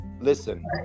listen